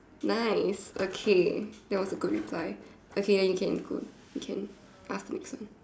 nice okay that was a good reply okay now you can go you can ask later